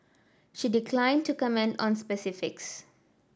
she declined to comment on specifics